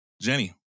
Jenny